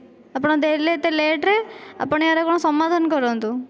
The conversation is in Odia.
ଆପଣ ଦେଲେ ଏତେ ଲେଟରେ ଆପଣ ଏହାର କଣ ସମାଧାନ କରନ୍ତୁ